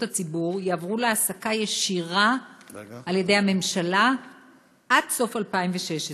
הציבור יעברו להעסקה ישירה על-ידי הממשלה עד סוף 2016,